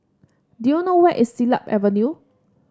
do you know where is Siglap Avenue